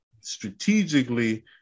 strategically